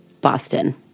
Boston